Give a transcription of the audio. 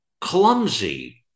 clumsy